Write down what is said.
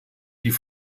die